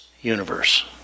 universe